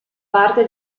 parte